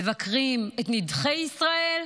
מבקרים את נידחי ישראל,